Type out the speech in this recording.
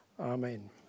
Amen